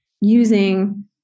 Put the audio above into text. using